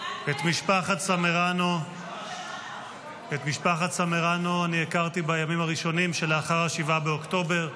את משפחת סמרנו אני הכרתי בימים הראשונים שלאחר 7 באוקטובר.